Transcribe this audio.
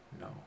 No